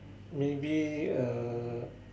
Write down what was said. maybe a